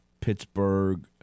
Pittsburgh